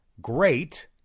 Great